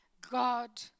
God